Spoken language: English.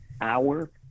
hour